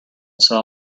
saw